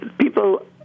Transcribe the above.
people